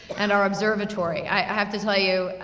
and our observatory. i have to tell you,